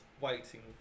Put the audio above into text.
waiting